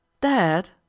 Dad